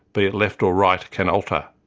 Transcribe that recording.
be it left or right, can alter.